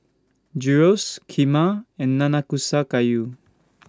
Gyros Kheema and Nanakusa Gayu